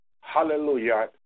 hallelujah